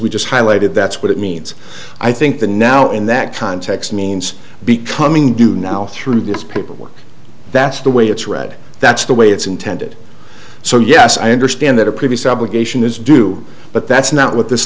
we just highlighted that's what it means i think the now in that context means becoming do now through this paperwork that's the way it's ready that's the way it's intended so yes i understand that a previous obligation is due but that's not what this